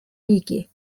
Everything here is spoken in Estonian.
riigi